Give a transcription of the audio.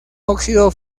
óxido